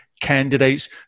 candidates